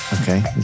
Okay